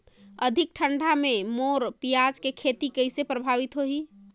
अधिक ठंडा मे मोर पियाज के खेती कइसे प्रभावित होही?